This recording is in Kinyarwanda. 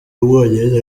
w’umwongereza